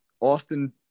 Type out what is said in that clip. Austin